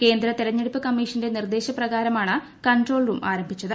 കേന്ദ്ര തെരഞ്ഞെടുപ്പ് കമ്മീഷന്റെ നിർദ്ദേശപ്രകാരമാണ് കൺട്രോൾ റൂം ആരംഭിച്ചത്